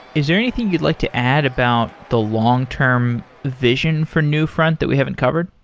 is there anything you'd like to add about the long-term vision for newfront that we haven't covered?